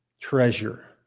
treasure